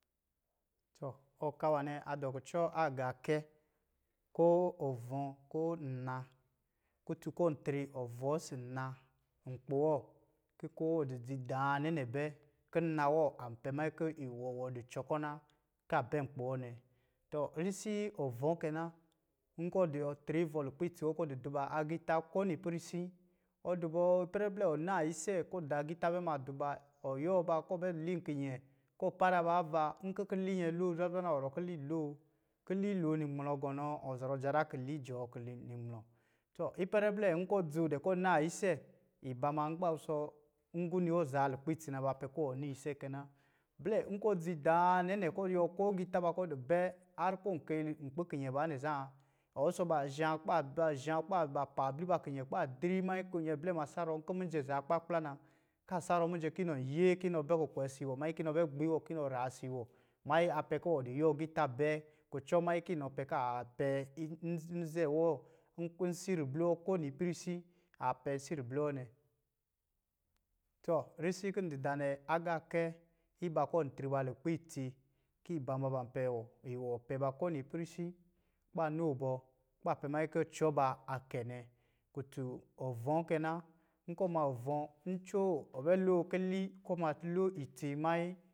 Tɔ, ɔka nwanɛ a dɔ kucɔ agaakɛ, ko ovɔ̄, ko nna. kutu kɔ tri ovɔ̄ si nna nkpi wɔ ki ko wɔ di dzi daanɛ nɛ bɛ, kin nna wɔ a pɛ manyi kɔ̄ iwɔ wɔ di cɔ kɔ̄ na, ka bɛ nkpī wɔ nɛ. Tɔ risii ɔvɔ̄ kɛ na, nko di ɔ tri ivɔ̄ lukpɛ itsi wɔ kɔ di diba agita ko nipɛrisi, ɔ di bɔ ipɛrɛ blɛ ɔ naa ise kɔ daa agita bɛ ma di ba, ɔ yuwɔ ba kɔ bɛ lin kinyɛ, kɔ para ba ava, nki kili nyɛ loo zwazwa na, ɔ zɔrɔ kili loo. kili loo nimlɔ gɔnɔ ɔ zɔrɔ jara kili jɔɔ kili-imlɔ. Tɔ ipɛrɛ blɛ nkɔ dzoo dɛ, kɔ naa ise, iba ma n kuba wusɔ nguni wɔ zaa lukpɛ tsi na, ba pɛ ku wɔ naa ise kɛ na. Blɛ nkɔ dzi daanɛ nɛ kɔ yuwɔ ko giita ba kɔ di bɛ harr kɔ kɛy nkpī kinyɛ ba nɛ zan, ɔ wusɔ ba zhā kuba ba-zhā kuba pa abli ba kinyɛ kuba dri manyi kɔ̄ nyɛ blɛ sarɔ nkɔ̄ mijɛ zaa kplakpla na, ka sarɔ mijɛ ki nɔ iyɛɛ ki nɔ bɛ kukwe isi wɔ manyi ki nɔ bɛ kpiiwɔ ki nɔ raasi wɔ, manyi a pɛ ki iwɔ di yuwɔ agita bɛɛ kucɔ manyi ki nɔ pɛ kaa pɛ n-n-nze wɔ, n-nkusi ribli wɔ ko nipɛrisi, a pɛ nsi ribli wɔ nɛ. Tɔ, risi kin di da nɛ, agaakɛ iba kɔ̄ tri ba lukputsi ki ba pɛ wɔ, iwɔ pɛba ko nipɛrisi, kuba ni wɔ bɔ kuba pɛ manyi kɔ̄ cɔ ba a kɛ nɛ. Kutun ovɔ̄ kɛ na, nkɔ̄ ma ovɔ̄ ncoo, ɔ bɛ loo kili kɔ ma loo itsi manyi.